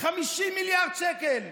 50 מיליארד שקל.